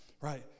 right